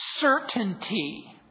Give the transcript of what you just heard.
certainty